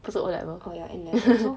不是 O level